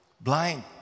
blind